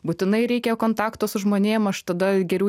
būtinai reikia kontakto su žmonėm aš tada geriau